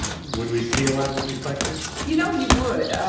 would we see a lot of these reflectors? you know, you would.